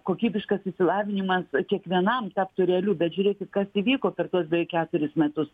kokybiškas išsilavinimas kiekvienam taptų realiu bet žiūrėkit kas įvyko per tuos beveik keturis metus